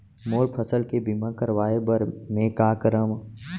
मोर फसल के बीमा करवाये बर में का करंव?